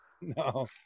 No